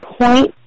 point